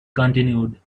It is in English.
continued